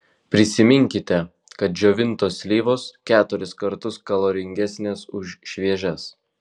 prisiminkite kad džiovintos slyvos keturis kartus kaloringesnės už šviežias